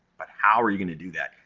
but how are you gonna do that?